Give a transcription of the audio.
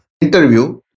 interview